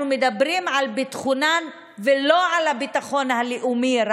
אנחנו מדברים על ביטחונן ולא רק על הביטחון הלאומי.